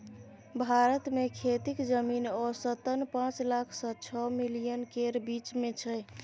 भारत मे खेतीक जमीन औसतन पाँच लाख सँ छअ मिलियन केर बीच मे छै